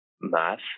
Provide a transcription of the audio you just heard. math